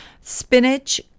spinach